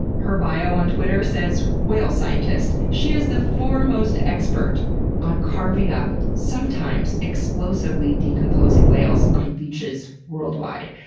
her bio on twitter says whale scientist. she is the foremost expert on carving up sometimes-explosively-decomposing whales on beaches, worldwide.